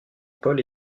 paul